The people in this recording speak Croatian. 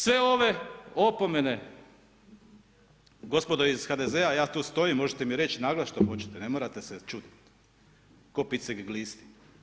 Sve ove opomene gospodo iz HDZ ja tu stojim možete mi reći naglas što hoćete, ne morate se čudit, ko picek glisti.